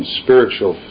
spiritual